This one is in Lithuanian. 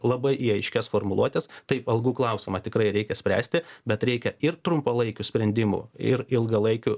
labai į aiškias formuluotes taip algų klausimą tikrai reikia spręsti bet reikia ir trumpalaikių sprendimų ir ilgalaikių